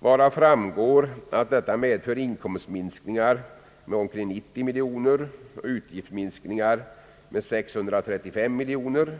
varav framgår att detta medför inkomstminskningar med omkring 90 millioner och utgiftsminskningar med 635 miljoner.